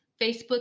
Facebook